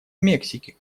мексики